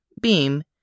BEAM